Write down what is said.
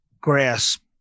grasp